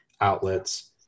outlets